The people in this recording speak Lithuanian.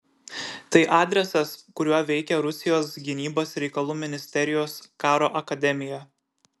tai adresas kuriuo veikia rusijos gynybos reikalų ministerijos karo akademija